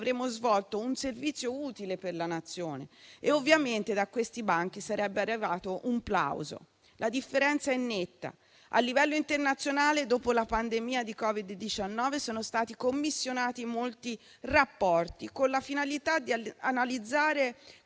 avremmo svolto un servizio utile per la Nazione e ovviamente da questi banchi sarebbe arrivato un plauso. La differenza è netta: a livello internazionale dopo la pandemia di Covid-19 sono stati commissionati molti rapporti, con la finalità di analizzare